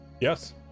yes